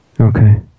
Okay